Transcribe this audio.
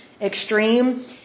extreme